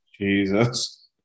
Jesus